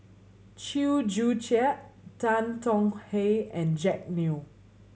Chew Joo Chiat Tan Tong Hye and Jack Neo